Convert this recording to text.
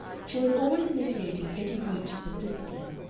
she was always initiating petty breaches of discipline.